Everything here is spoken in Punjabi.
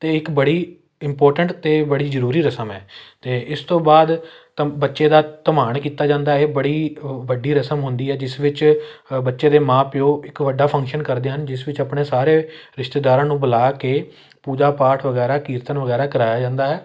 ਤਾਂ ਇੱਕ ਬੜੀ ਇੰਪੋਰਟੈਂਟ ਅਤੇ ਬੜੀ ਜ਼ਰੂਰੀ ਰਸਮ ਹੈ ਅਤੇ ਇਸ ਤੋਂ ਬਾਅਦ ਤਮ ਬੱਚੇ ਦਾ ਧਮਾਣ ਕੀਤਾ ਜਾਂਦਾ ਹੈ ਇਹ ਬੜੀ ਵੱਡੀ ਰਸਮ ਹੁੰਦੀ ਹੈ ਜਿਸ ਵਿੱਚ ਬੱਚੇ ਦੇ ਮਾਂ ਪਿਓ ਇੱਕ ਵੱਡਾ ਫੰਕਸ਼ਨ ਕਰਦੇ ਹਨ ਜਿਸ ਵਿੱਚ ਆਪਣੇ ਸਾਰੇ ਰਿਸ਼ਤੇਦਾਰਾਂ ਨੂੰ ਬੁਲਾ ਕੇ ਪੂਜਾ ਪਾਠ ਵਗੈਰਾ ਕੀਰਤਨ ਵਗੈਰਾ ਕਰਵਾਇਆ ਜਾਂਦਾ ਹੈ